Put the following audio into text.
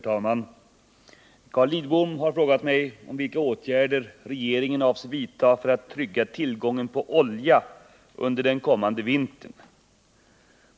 Herr talman! Carl Lidbom har frågat mig vilka åtgärder regeringen avser vidta för att trygga tillgången på olja under den kommande vintern.